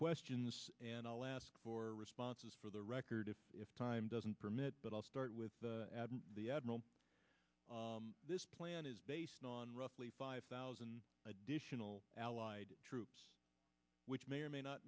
questions and i'll ask for responses for the record if time doesn't permit but i'll start with the admiral this plan is based on roughly five thousand additional allied troops which may or may not